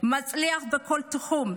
מצליח בכל תחום,